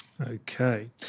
Okay